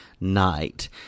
Night